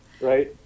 right